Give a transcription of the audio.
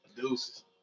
deuces